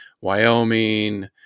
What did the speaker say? Wyoming